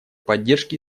поддержке